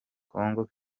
congo